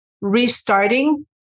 restarting